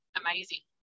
amazing